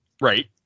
Right